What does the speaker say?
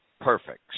Perfect